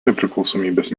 nepriklausomybės